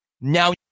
now